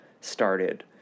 started